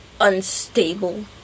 unstable